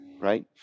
right